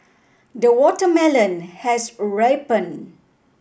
the watermelon has ripened